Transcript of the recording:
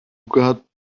got